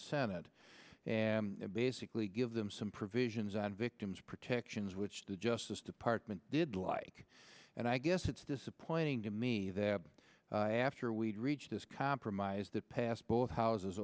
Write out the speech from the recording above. senate and basically give them some provisions on victims protections which the justice department did like and i guess it's disappointing to me that after we'd reached this compromise that passed both houses